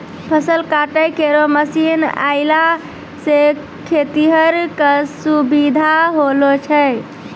फसल काटै केरो मसीन आएला सें खेतिहर क सुबिधा होलो छै